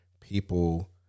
People